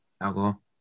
alcohol